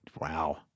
Wow